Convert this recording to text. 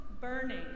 burning